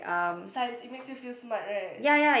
Science it makes you feel smart right